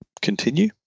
continue